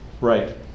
right